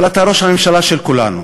אבל אתה ראש הממשלה של כולנו.